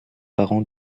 parents